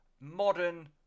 modern